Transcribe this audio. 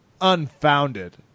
unfounded